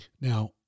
Now